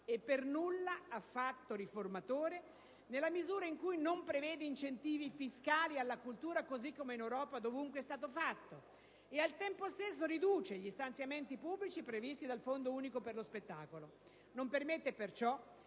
e per nulla affatto riformatore nella misura in cui non prevede incentivi fiscali alla cultura, così come in Europa e dovunque è stato fatto. Al tempo stesso, riduce gli stanziamenti pubblici previsti dal Fondo unico per lo spettacolo. Non permette,